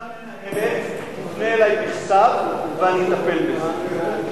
שאותה מנהלת תפנה אלי בכתב ואני אטפל בזה.